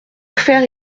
faire